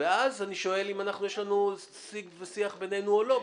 ואז אני שואל אם יש לנו שיח וסיג בינינו או לא,